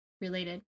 related